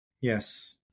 Yes